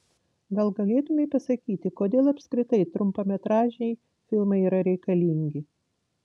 gal galėtumei pasakyti kodėl apskritai trumpametražiai filmai yra reikalingi